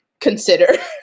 consider